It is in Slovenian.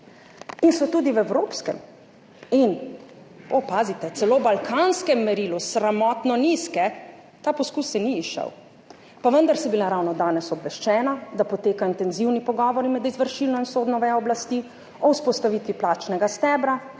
in so tudi v evropskem in, pazite, celo balkanskem merilu, sramotno nizke, še ni izšel. Pa vendar sem bila ravno danes obveščena, da potekajo intenzivni pogovori med izvršilno in sodno vejo oblasti o vzpostavitvi plačnega stebra,